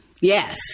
Yes